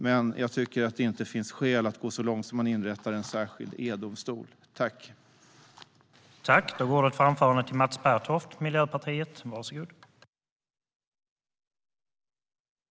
Men jag tycker inte att det finns skäl att gå så långt att en särskild e-domstol inrättas.